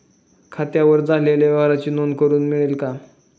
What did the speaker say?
खात्यावर झालेल्या व्यवहाराची नोंद करून मिळेल का?